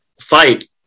fight